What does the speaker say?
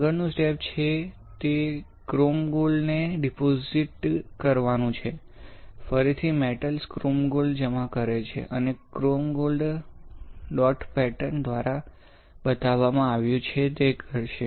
આગળનું સ્ટેપ છે તે ક્રોમ ગોલ્ડ ને ડિપોઝિટ કરવાનુ છે ફરીથી મેટલ ક્રોમ ગોલ્ડ જમા કરે છે અને ક્રોમ ગોલ્ડ ડોટ પેટર્ન દ્વારા બતાવવામાં આવ્યું છે તે કરશે